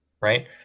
right